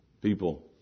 People